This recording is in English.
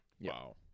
Wow